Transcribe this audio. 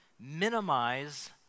minimize